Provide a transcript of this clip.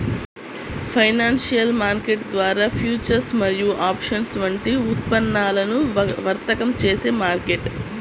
financial market ద్వారా futures మరియు options వంటి ఉత్పన్నాలను వర్తకం చేసే మార్కెట్